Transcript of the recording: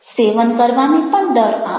સેવન કરવાને પણ દર આપો